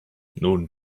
nun